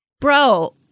bro